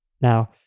Now